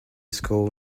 school